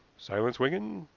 silence, wigan,